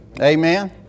Amen